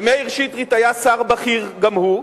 ומאיר שטרית היה שר בכיר גם הוא,